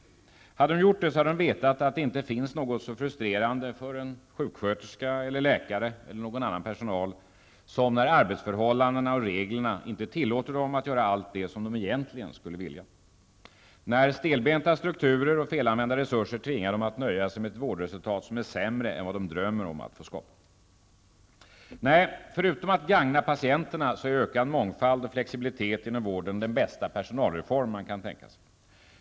Om de hade arbetat inom vården, hade de vetat att det inte finns något så frustrerande för en sjuksköterska, läkare eller någon annan personal som när arbetsförhållandena och reglerna inte tillåter dem att göra allt det som de egentligen skulle vilja göra eller när t.ex. stelbenta strukturer och felanvända resurser tvingar dem att nöja sig med ett vårdresultat som är sämre än det som de drömmer om att få skapa. Nej, förutom att gagna patienterna så är ökad mångfald och flexibilitet inom vården den bästa personalreform man kan tänka sig.